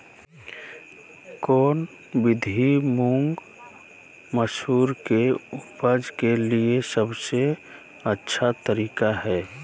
कौन विधि मुंग, मसूर के उपज के लिए सबसे अच्छा तरीका है?